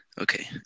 okay